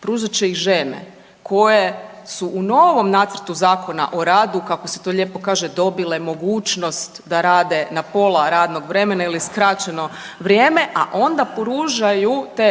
pružat će ih žene koje su u novom nacrtu Zakona o radu, kako se to lijepo kaže, dobile mogućnost da rade na pola radnog vremena ili skraćeno vrijeme, a onda pružaju te